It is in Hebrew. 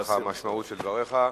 זו המשמעות של דבריך,